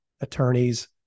Attorneys